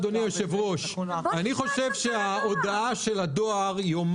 בואו נשמע את מנכ"ל הדואר,